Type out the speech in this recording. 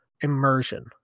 immersion